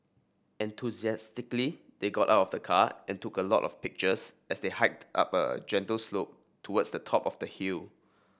enthusiastically they got out of the car and took a lot of pictures as they hiked up a gentle slope towards the top of the hill